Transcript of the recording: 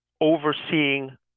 Overseeing